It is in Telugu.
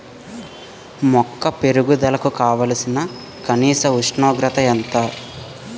మొక్క పెరుగుదలకు కావాల్సిన కనీస ఉష్ణోగ్రత ఎంత?